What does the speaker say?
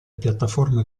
piattaforme